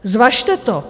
Zvažte to.